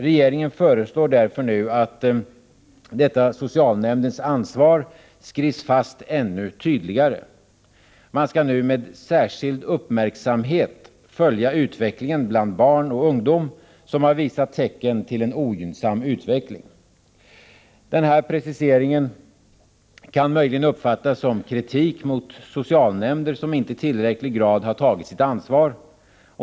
Regeringen föreslår därför nu att detta socialnämndens ansvar skrivs fast ännu tydligare. Man skall nu med särskild uppmärksamhet följa utvecklingen bland barn och ungdom, som har visat tecken till en ogynnsam utveckling. Denna precisering kan möjligen uppfattas som kritik mot socialnämnder som inte i tillräcklig grad har tagit sitt ansvar.